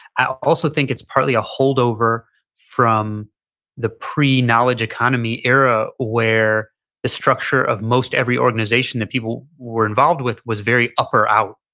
i also think it's partly a holdover from the pre knowledge economy era where the structure of most every organization that people were involved with was very upper out.